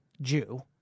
Jew